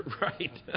Right